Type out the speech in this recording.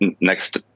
next